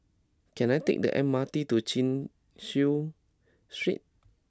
can I take the M R T to Chin Chew Street